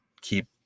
keep